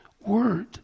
word